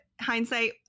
Hindsight